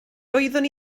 doeddwn